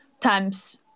times